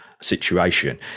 situation